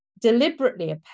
deliberately